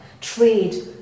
trade